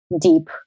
deep